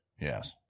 Yes